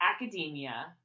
academia